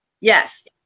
Yes